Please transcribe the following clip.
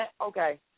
okay